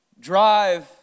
drive